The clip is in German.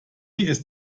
ist